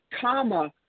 comma